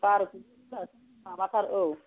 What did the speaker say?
बार' केजि माबाथार औ